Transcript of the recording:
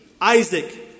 Isaac